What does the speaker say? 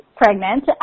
pregnant